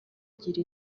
igira